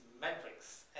metrics